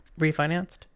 refinanced